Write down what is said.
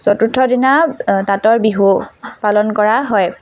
চতুৰ্থ দিনা তাঁতৰ বিহু পালন কৰা হয়